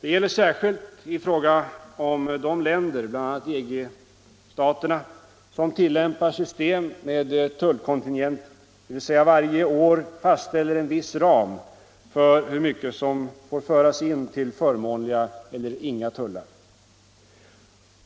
Det gäller särskilt i fråga om de länder — bl.a. EG-staterna — som tillämpar system med tullkontingenter, dvs. varje år fastställer en viss ram för hur mycket som får föras in till förmånliga eller inga tullar.